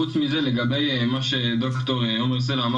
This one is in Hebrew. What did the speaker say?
חוץ מזה, לגבי מה שד"ר ירון סלע אמר